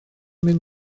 mynd